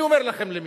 אני אומר לכם למי,